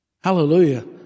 Hallelujah